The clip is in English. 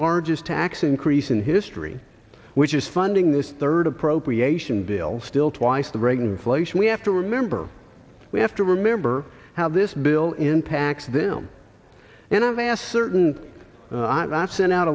largest tax increase in history which is funding this third appropriation bill still twice the rate of inflation we have to remember we have to remember how this bill impacts them and i've asked certain that sent out